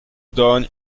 done